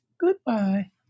Goodbye